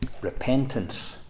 repentance